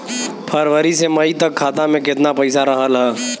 फरवरी से मई तक खाता में केतना पईसा रहल ह?